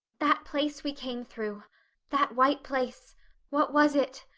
that place we came through that white place what was it?